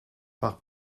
par